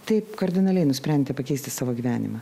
taip kardinaliai nusprendė pakeisti savo gyvenimą